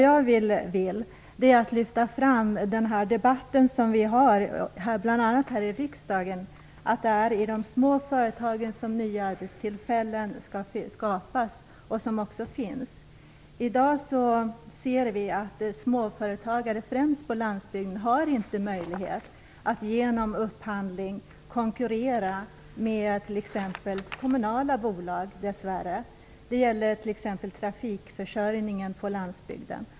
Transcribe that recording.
Jag vill lyfta fram den debatt som vi bl.a. för här i riksdagen om att nya arbetstillfällen finns och skapas i de små företagen. I dag ser vi dess värre att småföretagare, främst på landsbygden, inte har möjlighet att genom upphandling konkurrera med t.ex. kommunala bolag. Det gäller t.ex. trafikförsörjningen på landsbygden.